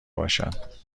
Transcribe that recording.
باشد